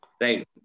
right